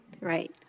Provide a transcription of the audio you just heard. Right